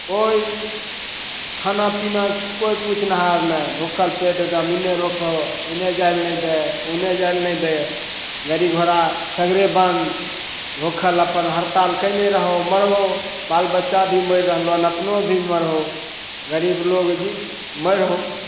कोइ खाना पीना कोइ पुछनहार नहि भुखल पेट जमीने रोकऽ इन्ने जाइलए नहि दै उन्ने जाइ लए नहि दै गड़ी घोड़ा सगरे बन्द भुखल अपन हड़ताल कयने रहौ मरहो बाल बच्चाभी मरि रहलो हन अपनो भी मरहो गरीब लोग भी मरय हो